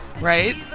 Right